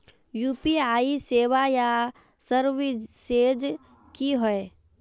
UPI सेवाएँ या services की होय?